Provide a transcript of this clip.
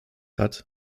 hat